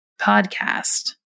podcast